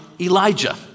Elijah